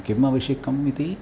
किम् आवश्यकम् इति